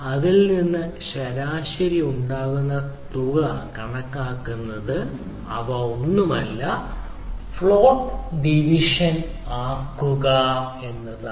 അതിൽ നിന്ന് ശരാശരി ഉണ്ടാക്കുന്ന തുക കണക്കാക്കുന്നത് ഇത് ഒന്നുമല്ല മറിച്ച് അതിനെ ഫ്ലോട്ട് ഡിവിഷനാക്കുക എന്നതാണ്